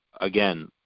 again